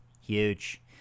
huge